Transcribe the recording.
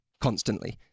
constantly